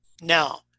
Now